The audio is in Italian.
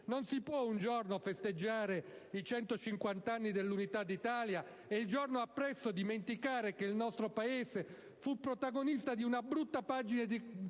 Non si può un giorno festeggiare i centocinquant'anni dell'Unità d'Italia e il giorno appresso dimenticare che il nostro Paese fu protagonista di una brutta pagina di